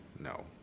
no